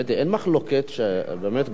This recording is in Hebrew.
אין מחלוקת שבאמת,